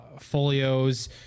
folios